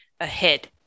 ahead